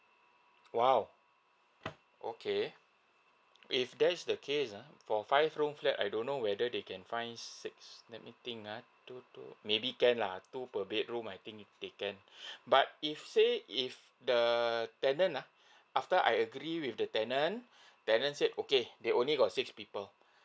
!wow! okay if that's the case uh for five room flat I don't know whether they can finds six let me think uh two two maybe can lah two per bedroom I think they can but if say if the tenant uh after I agree with the tenant tenant said okay they only got six people